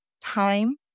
time